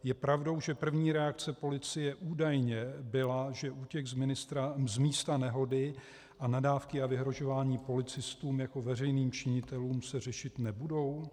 Je pravdou že první reakce policie údajně byla, že útěk z místa nehody a nadávky a vyhrožování policistům jako veřejným činitelům se řešit nebudou?